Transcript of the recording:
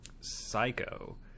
psycho